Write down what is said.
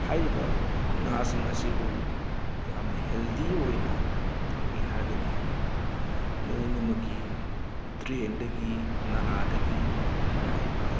ꯍꯥꯏꯔꯤꯕ ꯉꯥꯁꯤꯡ ꯑꯁꯤꯕꯨ ꯌꯥꯝꯅ ꯍꯦꯜꯗꯤ ꯑꯣꯏꯅ ꯊꯝꯒꯦ ꯍꯥꯏꯔꯒꯗꯤ ꯅꯣꯡꯃ ꯅꯣꯡꯃꯒꯤ ꯗ꯭ꯔꯦꯟꯗꯒꯤ ꯅꯥꯂꯥꯗꯒꯤ ꯂꯥꯛꯏꯕ